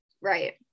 Right